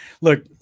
Look